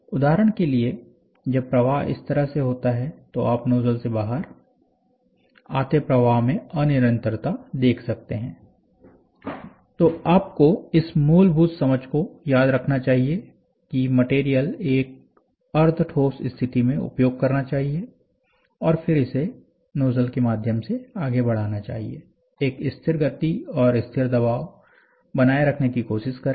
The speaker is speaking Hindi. उदाहरण के लिए जब प्रवाह इस तरह से होता है तो आप नोजल से बाहर आते प्रवाह में अनिरंतरता देख सकते हैं तो आपको इस मूलभूत समझ को याद रखना चाहिए कि मटेरियल एक अर्ध ठोस स्थिति में उपयोग करना चाहिए और फिर इसे नोजल के माध्यम से आगे बढ़ाना चाहिए एक स्थिर गति और स्थिर दबाव बनाए रखने की कोशिश करें